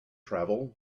travel